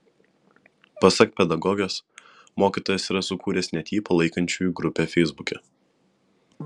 pasak pedagogės mokytojas yra sukūręs net jį palaikančiųjų grupę feisbuke